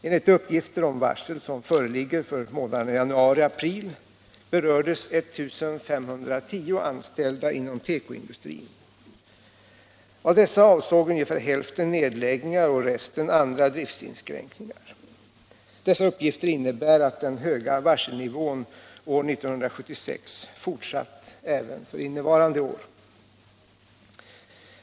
Enligt de uppgifter om varsel som föreligger för månaderna januari-april berördes 1 510 anställda inom tekoindustrin. Av dessa avsåg ungefär hälften nedläggningar och resten andra driftinskränkningar. Dessa uppgifter innebär att den höga varselnivån år 1976 har fortsatt även innevarande år.